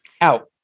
out